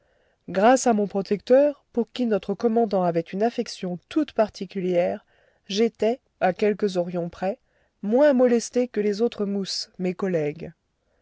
grâce à mon protecteur pour qui notre commandant avait une affection toute particulière jétais à quelques horions près moins molesté que les autres mousses mes collègues